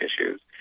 issues